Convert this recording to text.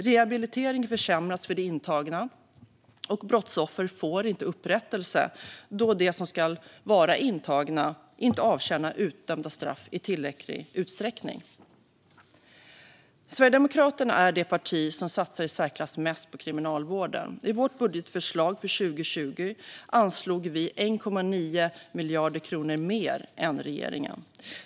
Rehabiliteringen försämras for de intagna, och brottsoffer får inte upprättelse då de som ska vara intagna inte avtjänar utdömda straff i tillräcklig utsträckning. Sverigedemokraterna är det parti som satsar i särklass mest på kriminalvården. I vårt budgetförslag för 2020 anslog vi 1,9 miljarder kronor mer än regeringen.